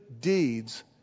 deeds